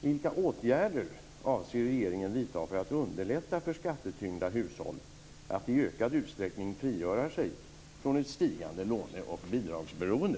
Vilka åtgärder avser regeringen att vidta för att underlätta för skattetyngda hushåll att i ökad utsträckning frigöra sig från ett stigande låne och bidragsberoende?